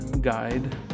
guide